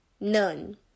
none